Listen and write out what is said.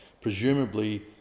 presumably